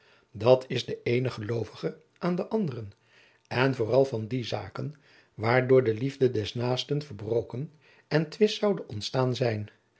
dat is de eene geloovige aan den anderen en vooral van die zaken waardoor de liefde des naasten verbroken en twist zoude ontstaan zijn